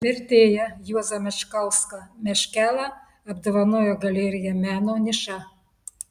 vertėją juozą mečkauską meškelą apdovanojo galerija meno niša